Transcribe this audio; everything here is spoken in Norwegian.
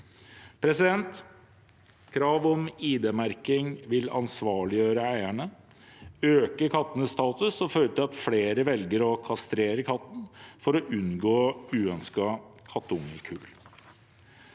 effektivt. Krav om ID-merking vil ansvarliggjøre eierne, øke kattenes status og føre til at flere velger å kastrere katten for å unngå uønskede kattungekull.